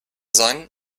sein